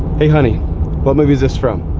hey, honey what movie is this from?